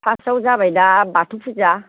फासाव जाबायदा बाथौ फुजा